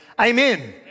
Amen